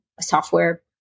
software